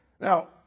Now